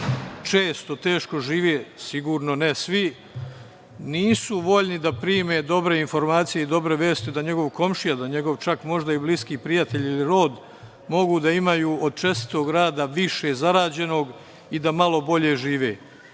često teško žive, sigurno ne svi, nisu voljni da prime dobre informacije i dobre vesti da njegov komšija, da njegov možda čak i bliski prijatelj ili rod mogu da imaju od čestitog rada više zarađenog i da malo bolje žive. Način